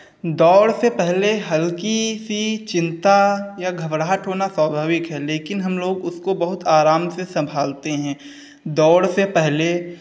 दौड़ से पहले हल्की सी चिंता या घबड़ाहट होना स्वाभाविक है लेकिन हम लोग उसको बहुत आराम से सम्भालते हैं दौड़ से पहले